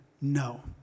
no